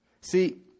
See